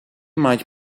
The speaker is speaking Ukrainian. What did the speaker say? мають